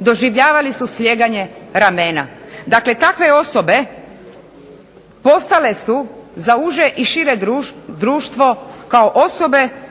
doživljavali su slijeganje ramena. Dakle takve osobe postale su za uže i šire društvo kao osobe